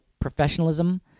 professionalism